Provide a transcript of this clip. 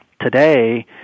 Today